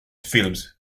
films